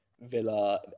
Villa